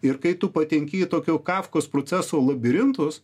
ir kai tu patenki į tokio kafkos proceso labirintus